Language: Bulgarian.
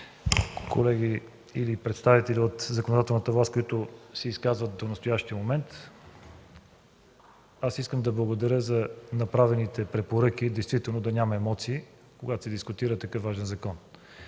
колеги, или представители от законодателната власт, които се изказахте до настоящия момент! Искам да благодаря за направените препоръки и действително да няма емоции, когато се дискутира такъв важен закон.